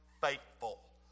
faithful